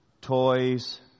toys